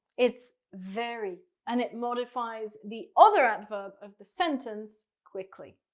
it's very. and it modifies the other adverb of the sentence, quickly.